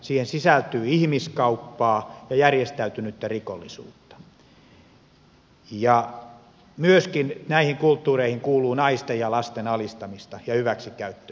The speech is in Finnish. siihen sisältyy ihmiskauppaa ja järjestäytynyttä rikollisuutta ja myöskin näihin kulttuureihin kuuluu naisten ja lasten alistamista ja hyväksikäyttöä